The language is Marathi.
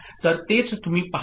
तर तेच तुम्ही पहाल